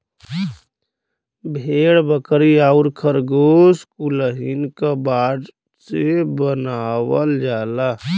भेड़ बकरी आउर खरगोस कुलहीन क बाल से बनावल जाला